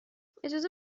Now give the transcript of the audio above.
اجازه